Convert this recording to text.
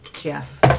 Jeff